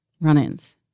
run-ins